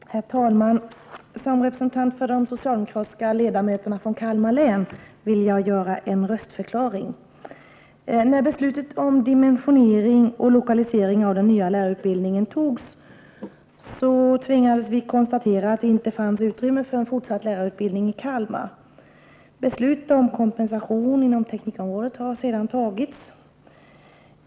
Herr talman! Som representant för de socialdemokratiska ledamöterna från Kalmar län vill jag avge en röstförklaring. När beslutet om dimensionering och lokalisering av den nya lärarutbildningen fattades, tvingades vi konstatera att det inte fanns utrymme för en fortsatt lärarutbildning i Kalmar. Beslut om kompensation inom teknikområdet har därefter fattats.